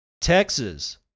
Texas